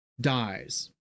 dies